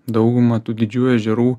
daugumą tų didžiųjų ežerų